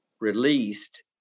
released